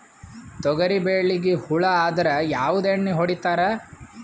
ತೊಗರಿಬೇಳಿಗಿ ಹುಳ ಆದರ ಯಾವದ ಎಣ್ಣಿ ಹೊಡಿತ್ತಾರ?